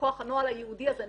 מכח הנוהל הייעודי הזה,